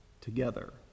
together